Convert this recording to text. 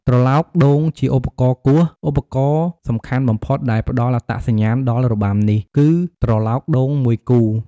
ត្រឡោកដូងជាឧបករណ៍គោះ ឧបករណ៍សំខាន់បំផុតដែលផ្តល់អត្តសញ្ញាណដល់របាំនេះ គឺត្រឡោកដូងមួយគូ។